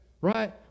right